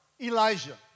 Elijah